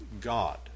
God